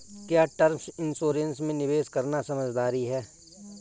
क्या term insurance में निवेश करना समझदारी है?